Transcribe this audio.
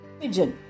pigeon